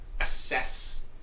assess